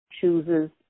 chooses